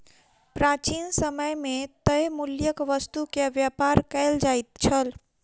प्राचीन समय मे तय मूल्यक वस्तु के व्यापार कयल जाइत छल